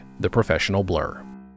TheProfessionalBlur